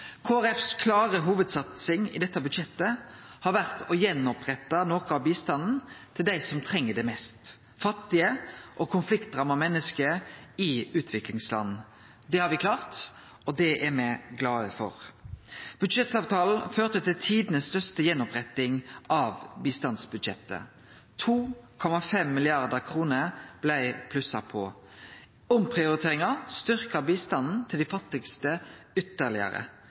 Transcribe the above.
Folkepartis klare hovudsatsing i dette budsjettet har vore å rette opp att noko av bistanden til dei som treng det mest – fattige og konfliktramma menneske i utviklingsland. Det har me klart, og det er me glade for. Budsjettavtalen førte til tidenes største oppattretting av bistandsbudsjettet. 2,5 mrd. kr blei plussa på. Omprioriteringa styrkte bistanden til dei fattigaste ytterlegare.